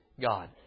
God